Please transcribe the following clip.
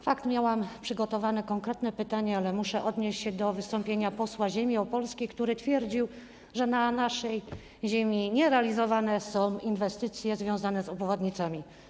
Fakt, miałam przygotowane konkretne pytanie, ale muszę odnieść się do wystąpienia posła ziemi opolskiej, który twierdził, że na naszej ziemi nie są realizowane inwestycje związane z obwodnicami.